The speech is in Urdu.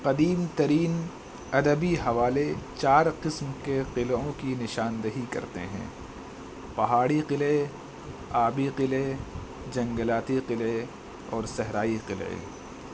قدیم ترین ادبی حوالے چار قسم کے قلعوں کی نشاندہی کرتے ہیں پہاڑی قلعے آبی قلعے جنگلاتی قلعے اور صحرائی قلعے